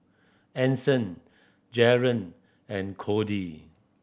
Anson Jaren and Cody